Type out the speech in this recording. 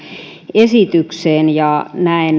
esitykseen ja näen